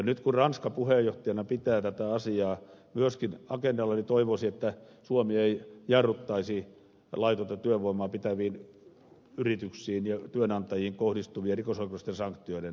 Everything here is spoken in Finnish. nyt kun ranska puheenjohtajana pitää tätä asiaa myöskin agendalla niin toivoisi että suomi ei jarruttaisi laitonta työvoimaa pitäviin yrityksiin ja työnantajiin kohdistuvien rikosoikeudellisten sanktioiden järjestelmää